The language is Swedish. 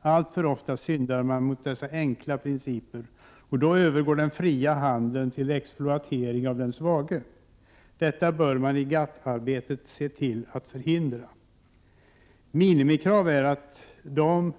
Alltför ofta syndar man mot dessa enkla principer, och då övergår den fria handeln till exploatering av den svage. Detta bör man i GATT:-arbetet se till att förhindra. Ett minimikrav är att de